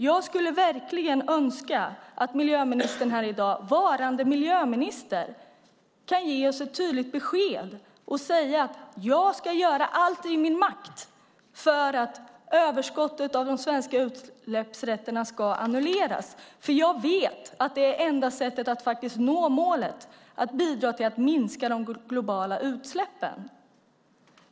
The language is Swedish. Jag skulle verkligen önska att miljöministern här i dag kunde ge oss ett tydligt besked och säga: "Jag ska göra allt som står i min makt för att överskottet av de svenska utsläppsrätterna ska annulleras, för jag vet att det är det enda sättet att nå målet - att bidra till att minska de globala utsläppen."